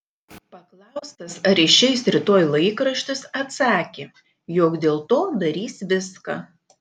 paklaustas ar išeis rytoj laikraštis atsakė jog dėl to darys viską